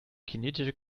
kinetische